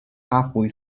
halfway